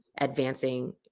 advancing